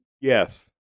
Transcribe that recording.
Yes